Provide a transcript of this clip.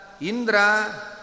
Indra